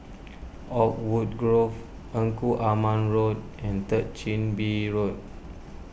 Oakwood Grove Engku Aman Road and Third Chin Bee Road